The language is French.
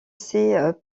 ses